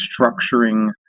structuring